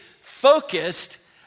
focused